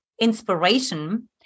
inspiration